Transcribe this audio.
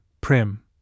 prim